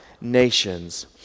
nations